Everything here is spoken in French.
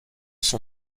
son